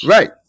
Right